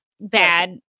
bad